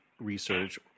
research